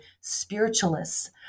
spiritualists